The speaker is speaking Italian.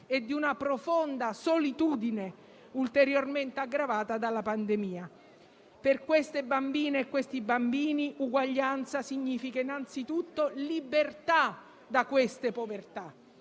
e di una profonda solitudine, ulteriormente aggravata dalla pandemia. Per queste bambine e questi bambini uguaglianza significa innanzitutto libertà da queste povertà.